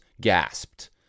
gasped